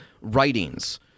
writings